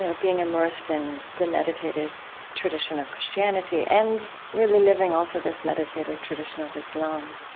you know being immersed in the meditative tradition of christianity and really living also this meditative tradition of islam.